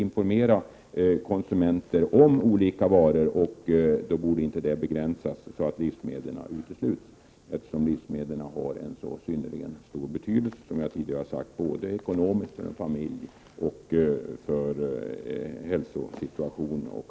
Därför bör inte konsumentverkets informationsskyldighet begränsas på ett sådant sätt att livsmedlen utesluts. Som jag tidigare sagt har livsmedlen synnerligen stor betydelse både ekonomiskt för en familj och för bl.a. hälsosituationen.